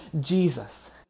Jesus